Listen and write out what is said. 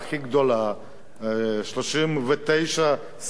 39 שרים וסגנים.